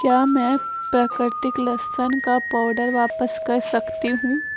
کیا میں پراکرتک لسن کا پاؤڈر واپس کر سکتی ہوں